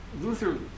Luther